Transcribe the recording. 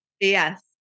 Yes